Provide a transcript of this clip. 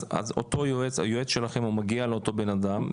אז אותו יועץ שלכם הוא מגיע לאותו בנאדם,